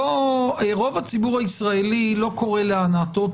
רוב הציבור הישראלי לא קורא להנאתו את